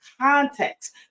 context